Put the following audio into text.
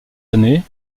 années